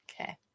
Okay